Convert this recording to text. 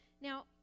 Now